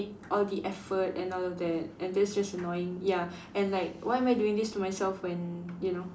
all the effort and all of that and that's just annoying ya and like why am I doing this to myself when you know